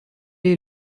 est